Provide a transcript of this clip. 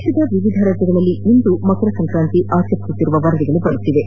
ದೇಶದ ವಿವಿಧ ರಾಜ್ಯಗಳಲ್ಲಿ ಇಂದೇ ಮಕರ ಸಂಕ್ರಾಂತಿ ಆಚರಿಸುತ್ತಿರುವ ವರದಿಗಳು ಬರುತ್ತಿವೆ